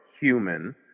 human